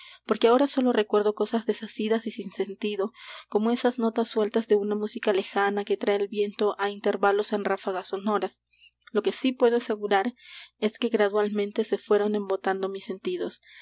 porque ahora sólo recuerdo cosas desasidas y sin sentido como esas notas sueltas de una música lejana que trae el viento á intervalos en ráfagas sonoras lo que sí puedo asegurar es que gradualmente se fueron embotando mis sentidos